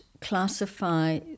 classify